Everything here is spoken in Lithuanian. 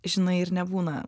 žinai ir nebūna